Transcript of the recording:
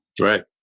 Right